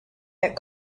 had